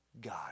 God